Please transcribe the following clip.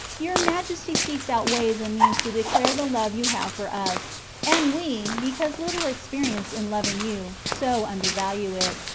your majesty seeks out ways and means to declare the love you have for us and we, because little expe rienced in loving you, so undervalue it,